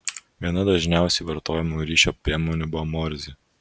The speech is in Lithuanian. viena dažniausiai vartojamų ryšio priemonių buvo morzė